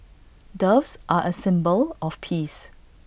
doves are A symbol of peace